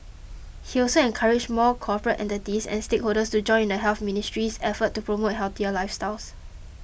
he also encouraged more corporate entities and stakeholders to join in the Health Ministry's efforts to promote healthier lifestyles